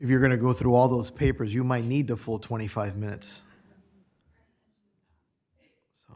if you're going to go through all those papers you might need the full twenty five minutes